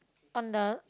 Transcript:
on the